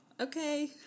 Okay